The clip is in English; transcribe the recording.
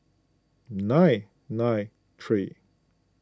nine nine three